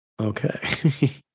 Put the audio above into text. Okay